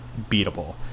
beatable